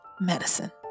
medicine